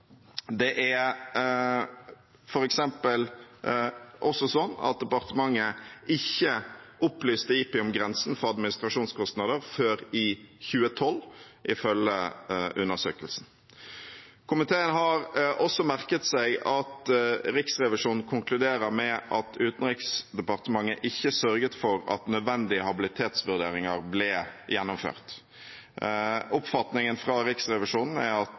Det er f.eks. også sånn at departementet ikke opplyste IPI om grensen for administrasjonskostnader før i 2012, ifølge undersøkelsen. Komiteen har også merket seg at Riksrevisjonen konkluderer med at Utenriksdepartementet ikke sørget for at nødvendige habilitetsvurderinger ble gjennomført. Oppfatningen fra Riksrevisjonen er at